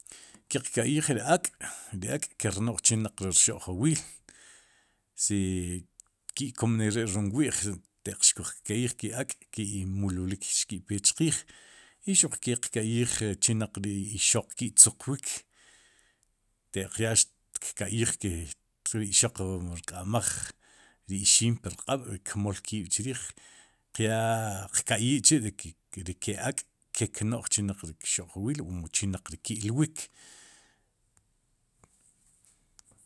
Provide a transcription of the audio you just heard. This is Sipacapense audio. Ke'q kayij ri ak' ri ak'ker rno'j chinaq ri rxo'jwil si ki'kom neri'rom wi'j taq xkuj ka'yij ke ri ak' ki'mulilik xki'pe chqiij i xuq kee ki'qka'yij chinaq ri ixoq ki'tzuqwiik te'q ya xtka'yij ke ri ixoq wu kk'amaj ri ixiim puk q'aab' kmool kiib'chrrij qyaa kka'yij chi' ri ke ak' ke'kno'j chinaq ri kxo'jwiil mu chinaq ri ki'lwik.